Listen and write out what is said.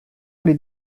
les